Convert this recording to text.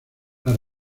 las